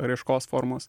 raiškos formos